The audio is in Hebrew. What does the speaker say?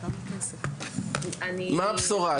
מה הבשורה?